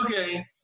okay